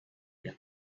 диэн